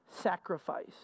sacrifice